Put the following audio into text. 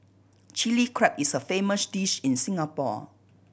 Chilli Crab is a famous dish in Singapore